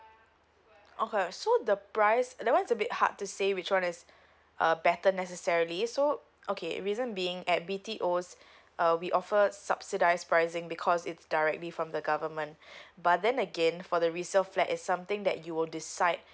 okay so the price uh that one is a bit hard to say which one is uh better necessarily so okay reason being at B_T_O uh we offered subsidised pricing because it's directly from the government but then again for the resale flat is something that you will decide